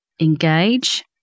engage